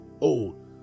old